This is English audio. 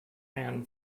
ran